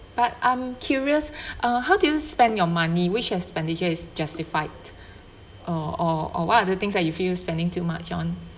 but I'm curious uh how did you spend your money which expenditure is justified or or what are the things like you feel spending too much on